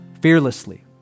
Fearlessly